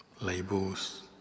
labels